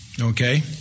Okay